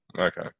Okay